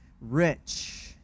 rich